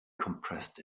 compressed